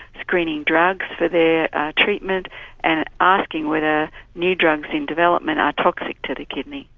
screening drugs for their treatment and asking whether new drugs in development are toxic to the kidney.